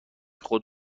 خود